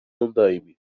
andaime